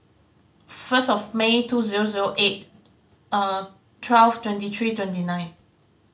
first of May two zero zero eight twelve twenty three twenty nine